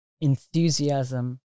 enthusiasm